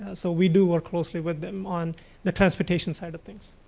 ah so we do work closely with them on the transportation side of things.